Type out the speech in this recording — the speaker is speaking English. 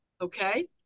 okay